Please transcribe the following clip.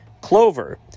Clover